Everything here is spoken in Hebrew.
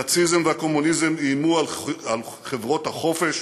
הנאציזם והקומוניזם איימו על חברות החופש